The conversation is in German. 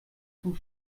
zum